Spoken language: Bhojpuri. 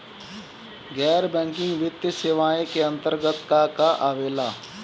गैर बैंकिंग वित्तीय सेवाए के अन्तरगत का का आवेला?